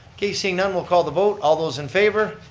okay, seeing none, we'll call the vote. all those in favor.